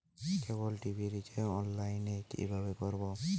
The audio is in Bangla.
কেবল টি.ভি রিচার্জ অনলাইন এ কিভাবে করব?